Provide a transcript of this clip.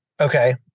Okay